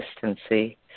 consistency